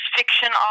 fiction